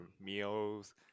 meals